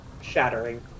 shattering